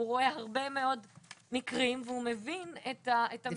הוא רואה הרבה מאוד מקרים ומבין את המשקל.